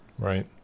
Right